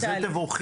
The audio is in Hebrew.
על זה תבורכי.